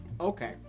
Okay